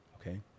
okay